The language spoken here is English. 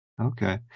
Okay